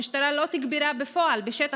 המשטרה לא תגברה בפועל, בשטח.